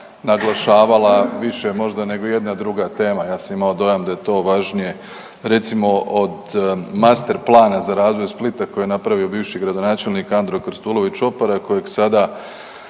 naglašavala više možda nego ijedna druga tema. Ja sam imao dojam da je to važnije recimo od master plana za razvoj Splita koji je napravio bivši gradonačelnik Andro Krstulović Opara i kojeg sada g.